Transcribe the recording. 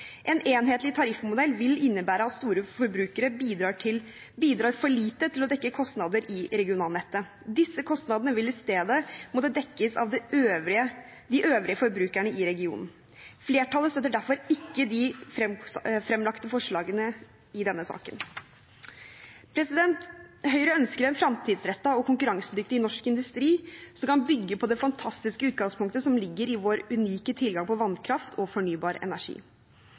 En enhetlig tariffmodell vil innebære at store forbrukere bidrar for lite til å dekke kostnadene i regionalnettet. Disse kostnadene vil i stedet måtte dekkes av de øvrige forbrukerne i regionen. Flertallet støtter derfor ikke de framlagte forslagene i denne saken. Høyre ønsker en framtidsrettet og konkurransedyktig norsk industri, som kan bygge på det fantastiske utgangspunktet som ligger i vår unike tilgang på vannkraft og fornybar energi.